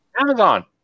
Amazon